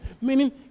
Meaning